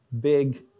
big